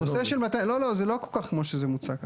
הנושא של, לא, לא, זה לא כל כך כמו שזה מוצג כאן.